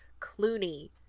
Clooney